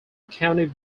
county